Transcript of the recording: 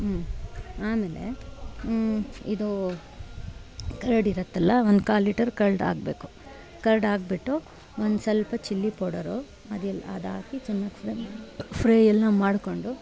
ಹ್ಞೂ ಆಮೇಲೆ ಇದೂ ಕರ್ಡ್ ಇರುತ್ತಲ್ಲಾ ಒಂದು ಕಾಲು ಲೀಟರ್ ಕಲ್ಡ್ ಹಾಕ್ಬೇಕು ಕರ್ಡ್ ಹಾಕ್ಬಿಟ್ಟು ಒಂದು ಸ್ವಲ್ಪ ಚಿಲ್ಲಿ ಪೌಡರು ಅದೆಲ್ಲ ಅದಾಕಿ ಚೆನ್ನಾಗಿ ಫ್ರೈ ಮಾ ಫ್ರೈ ಎಲ್ಲ ಮಾಡ್ಕೊಂಡು